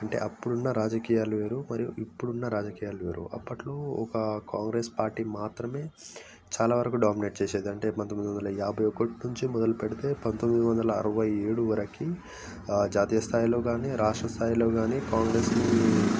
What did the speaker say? అంటే అప్పుడు ఉన్న రాజకీయాలు వేరు మరియు ఇప్పుడు ఉన్న రాజకీయాలు వేరు అప్పట్లో ఒక కాంగ్రెస్ పార్టీ మాత్రమే చాలావరకు డామినేట్ చేసేది అంటే పంతొమ్మిది వందల యాభై ఒకటి నుంచి మొదలు పెడితే పంతొమ్మిది వందల అరవై ఏడు వరకు జాతీయస్థాయిలో కానీ రాష్ట్ర స్థాయిలో కానీ కాంగ్రెస్